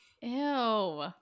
Ew